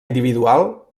individual